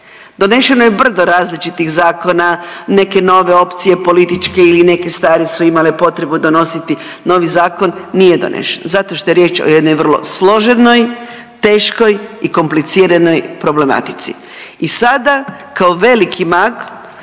Donešeno je brdo različitih zakona, neke nove opcije političke ili neke stare su imale potrebu donositi novi zakon, nije donešen zato što je riječ o jednoj vrlo složenoj, teškoj i kompliciranoj problematici. I sada kao veliki mag